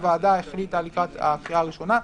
לקראת הקריאה הראשונה,